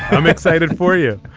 i'm excited for you.